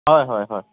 হয় হয় হয়